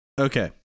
Okay